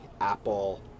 apple